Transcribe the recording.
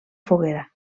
foguera